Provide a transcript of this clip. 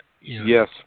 Yes